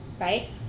right